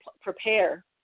prepare